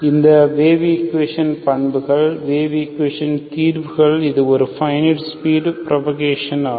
இந்த வேவ் ஈக்குவேஷனின் பண்புகள் வேவ் ஈக்குவேஷன்களின் தீர்வுகள் இது ஒரு ப்பைனிட் ஸ்பீடில் புரோபாகேஷன் ஆகும்